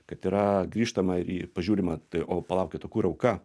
kad yra grįžtama į pažiūrima tai o palaukit o kur auka